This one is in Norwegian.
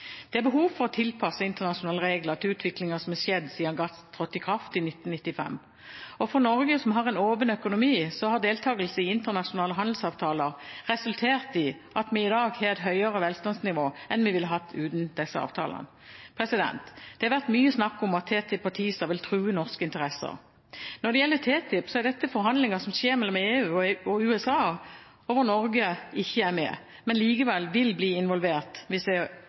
Det er behov for å tilpasse internasjonale regler til utviklingen som har skjedd siden GATS trådte i kraft i 1995. For Norge, som har en åpen økonomi, har deltakelse i internasjonale handelsavtaler resultert i at vi i dag har et høyere velstandsnivå enn vi ville hatt uten disse avtalene. Det har vært mye snakk om at TTIP og TiSA vil true norske interesser. Når det gjelder TTIP, er dette forhandlinger som skjer mellom EU og USA, og hvor Norge ikke er med, men vil likevel bli involvert via EØS-avtalen hvis det